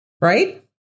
right